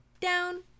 Down